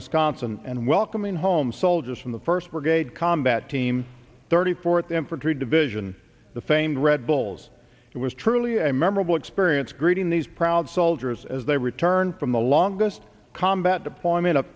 wisconsin and welcoming home soldiers from the first brigade combat team thirty fourth infantry division the famed red bulls it was truly a memorable experience greeting these proud soldiers as they return from the longest combat deployment of